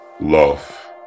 Love